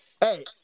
Hey